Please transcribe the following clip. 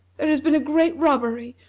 there has been a great robbery,